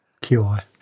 QI